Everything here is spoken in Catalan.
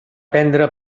prendre